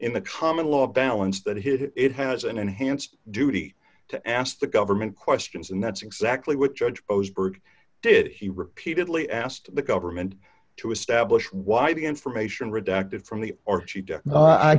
in the common law balance that hit it has an enhanced duty to ask the government questions and that's exactly what judge posed did he repeatedly asked the government to establish why the information redacted from the or